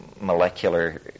molecular